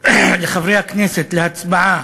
לחברי הכנסת להצבעה.